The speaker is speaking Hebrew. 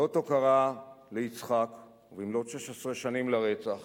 כאות הוקרה ליצחק ובמלאות 16 שנים לרצח,